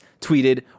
tweeted